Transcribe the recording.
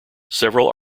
several